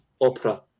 opera